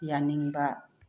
ꯌꯥꯅꯤꯡꯕ